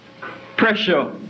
pressure